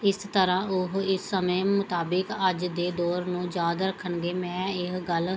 ਇਸ ਤਰ੍ਹਾਂ ਉਹ ਇਸ ਸਮੇਂ ਮੁਤਾਬਕ ਅੱਜ ਦੇ ਦੌਰ ਨੂੰ ਯਾਦ ਰੱਖਣਗੇ ਮੈਂ ਇਹ ਗੱਲ